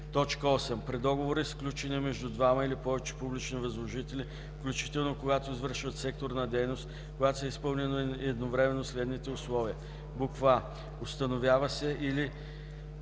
лице; 8. при договори, сключени между двама или повече публични възложители, включително когато извършват секторна дейност, когато са изпълнени едновременно следните условия: а)